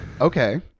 Okay